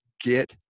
get